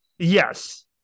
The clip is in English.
Yes